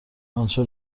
آنچه